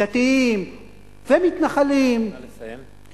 דתיים ומתנחלים, נא לסיים.